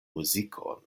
muzikon